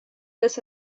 this